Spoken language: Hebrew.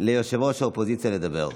ליושב-ראש האופוזיציה לדבר.